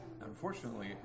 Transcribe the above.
unfortunately